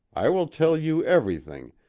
i will tell you everything,